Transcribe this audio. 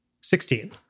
Sixteen